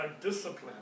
discipline